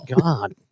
God